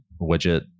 widget